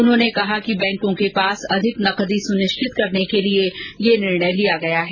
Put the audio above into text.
उन्होंने कहा कि बैंकों के पास अधिक नकदी सुनिश्चित करने के लिए यह निर्णय लिया गया है